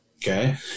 Okay